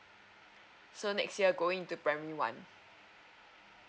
so next year going to primary one